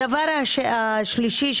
הדבר השלישי,